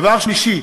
דבר שלישי,